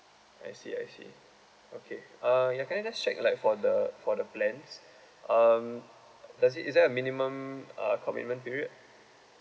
I see I see okay uh ya can I just check like for the for the plans um does it is there a minimum uh commitment period